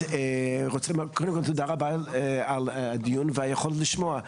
קודם כל, תודה רבה על הדיון והיכולת לשמוע.